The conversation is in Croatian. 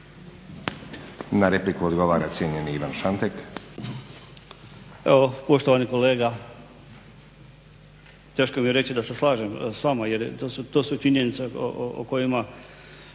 Na repliku odgovara cijenjeni Ivan Šantek.